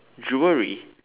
jewelry